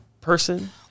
person